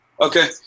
Okay